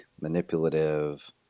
manipulative